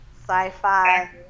sci-fi